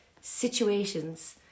situations